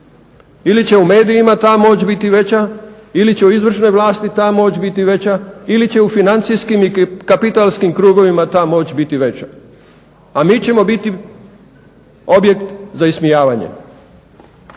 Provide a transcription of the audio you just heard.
Ili će u medijima ta moć biti veća ili će u izvršnoj vlasti ta moć biti veća ili će u financijskim i kapitalskim krugovima ta moć biti veća. A mi ćemo biti objekt za ismijavanje.